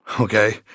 Okay